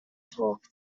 talked